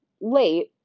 late